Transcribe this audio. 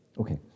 Okay